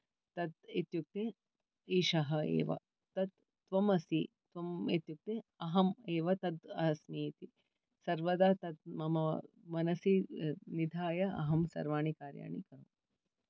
तत् इत्युक्ते एषः एव तत् त्वं अस्ति त्वं इत्युक्ते अहं एव तत् अस्मि इति सर्वदा तत् मम मनसि निधाय अहं सर्वाणि कार्याणि करोमि